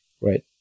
right